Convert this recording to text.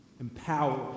empower